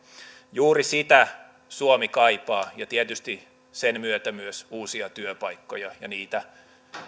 juuri sitä suomi kaipaa ja tietysti sen myötä myös uusia työpaikkoja ja niitä